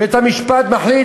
בית-המשפט מחליט,